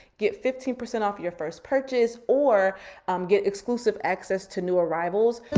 get fifteen percent off your first purchase or get exclusive access to new arrivals.